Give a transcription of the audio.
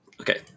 Okay